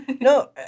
No